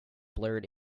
blurred